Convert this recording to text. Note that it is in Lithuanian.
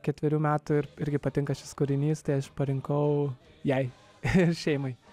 ketverių metų ir irgi patinka šis kūrinys tai aš parinkau jai šeimai